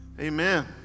Amen